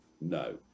No